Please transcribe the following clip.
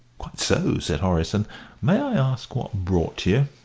quite so, said horace, and may i ask what brought you?